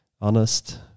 honest